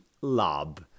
lob